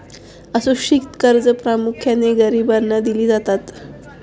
असुरक्षित कर्जे प्रामुख्याने गरिबांना दिली जातात